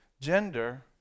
gender